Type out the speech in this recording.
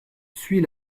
suit